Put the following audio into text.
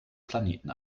planeten